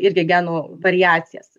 irgi genų variacijas